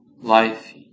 life